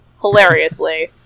hilariously